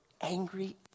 angry